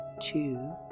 two